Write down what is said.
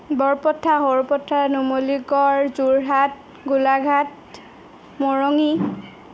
বৰ পথাৰ সৰু পথাৰ নুমলিগড় যোৰহাট গোলাঘাট মৰঙি